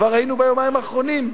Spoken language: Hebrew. כבר ראינו ביומיים האחרונים,